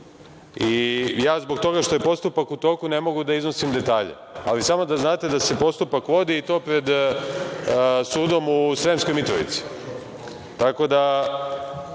utaje. Zbog toga što je postupak u toku ne mogu da iznosim detalje. Samo da znate da se postupak vodi i to pred sudom u Sremskoj Mitrovici. Tako da